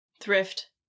thrift